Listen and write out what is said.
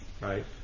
right